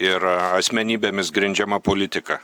ir asmenybėmis grindžiama politika